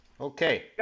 Okay